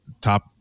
top